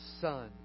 son